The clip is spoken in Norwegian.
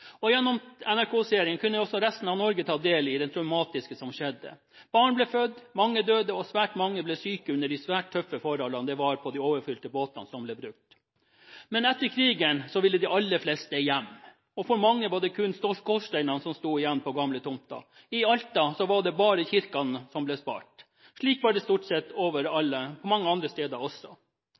Gjennom NRK-serien kunne også resten av Norge ta del i det traumatiske som skjedde. Barn ble født, mange døde og svært mange ble syke under de svært tøffe forholdene det var på de overfylte båtene som ble brukt. Etter krigen ville de aller fleste hjem, og for mange var det kun skorsteinene som sto igjen på gamle tomter. I Alta var det bare kirkene som ble spart. Slik var det stort sett mange andre steder også.